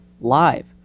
live